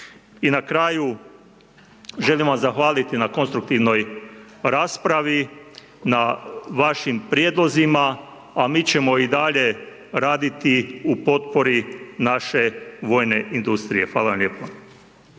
I na kraju želim vam zahvaliti na konstruktivnoj raspravi, na vašim prijedlozima a mi ćemo i dalje raditi u potpori naše vojne industrije. Hvala vam lijepo.